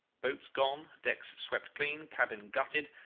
boats gone, decks swept clean, cabin gutted,